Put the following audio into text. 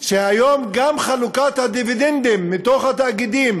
כשהיום גם חלוקת הדיבידנדים מתוך התאגידים